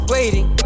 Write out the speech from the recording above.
Waiting